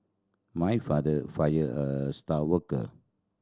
my father fired a star worker